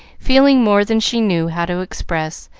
feeling more than she knew how to express,